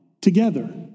together